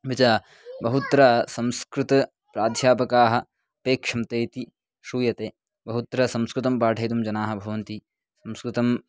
मिज बहुत्र संस्कृतप्राध्यापकाः अपेक्षन्ते इति श्रूयते बहुत्र संस्कृतं पाठयितुं जनाः भवन्ति संस्कृतं